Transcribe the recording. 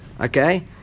Okay